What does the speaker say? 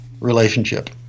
relationship